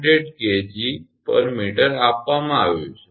8 𝐾𝑔 𝑚 આપવામાં આવ્યું છે